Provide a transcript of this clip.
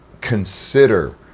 consider